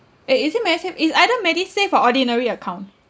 eh is it MediSave is either MediSave or ordinary account